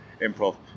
improv